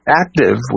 active